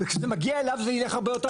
כשזה מגיע אליו זה ילך הרבה יותר מהר.